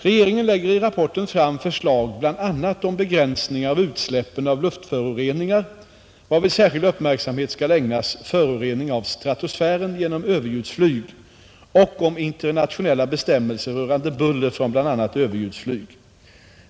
Regeringen lägger i rapporten fram förslag bl.a. om begränsningar av utsläppen av luftföroreningar — varvid särskild uppmärksamhet skall ägnas förorening av stratosfären genom överljudsflyg — och om internationella bestämmelser rörande buller från bl.a. överljudsflyg.